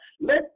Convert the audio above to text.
Let